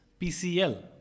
PCL